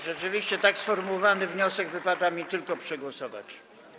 Rzeczywiście tak sformułowany wniosek wypada mi tylko przegłosować.